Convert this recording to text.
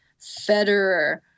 Federer